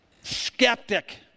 skeptic